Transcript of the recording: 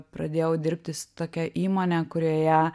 pradėjau dirbti su tokia įmone kurioje